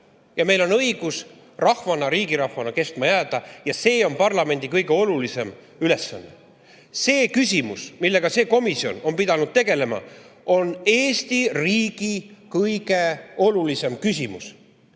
ja meil on õigus rahvana, riigi rahvana kestma jääda. See on parlamendi kõige olulisem ülesanne. Küsimus, millega see komisjon on pidanud tegelema, on Eesti riigi kõige olulisem küsimus.